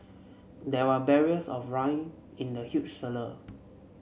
there were barrels of wine in the huge cellar